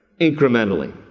incrementally